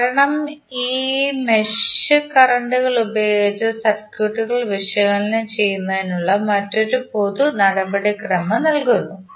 കാരണം ഇത് മെഷ് കറന്റുകൾ ഉപയോഗിച്ച് സർക്യൂട്ടുകൾ വിശകലനം ചെയ്യുന്നതിനുള്ള മറ്റൊരു പൊതു നടപടിക്രമം നൽകുന്നു